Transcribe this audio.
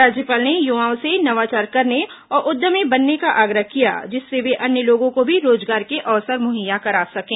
राज्यपाल ने युवाओं से नवाचार करने और उद्यमी बनने का आग्रह किया जिससे वे अन्य लोगों को भी रोजगार के अवसर मुहैया करा सकें